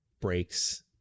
breaks